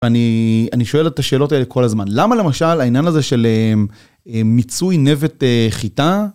אני, אני שואל את השאלות האלה כל הזמן, למה למשל העניין הזה של אה... מיצוי נבט אה, חיטה?